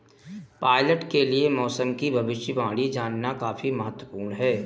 pilot के लिए मौसम की भविष्यवाणी जानना काफी महत्त्वपूर्ण है